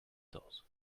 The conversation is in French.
quatorze